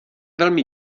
velmi